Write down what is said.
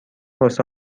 واسه